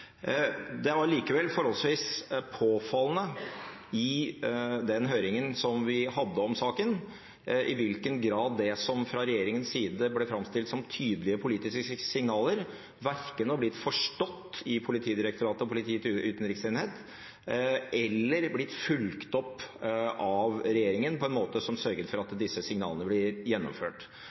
Det var likevel forholdsvis påfallende i den høringen som vi hadde om saken, i hvilken grad det som fra regjeringens side ble framstilt som tydelige politiske signaler, verken har blitt forstått i Politidirektoratet eller i Politiets utlendingsenhet, eller har blitt fulgt opp av regjeringen på en måte som sørget for at disse signalene ble gjennomført.